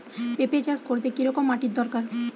পেঁপে চাষ করতে কি রকম মাটির দরকার?